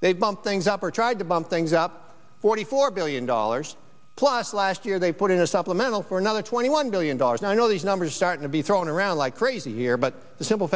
they bump things up or tried to bomb things up forty four billion dollars plus last year they put in a supplemental for another twenty one billion dollars now i know these numbers are starting to be thrown around like crazy here but the simple